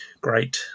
great